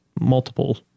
multiple